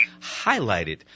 highlighted